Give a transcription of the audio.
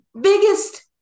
biggest